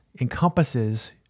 encompasses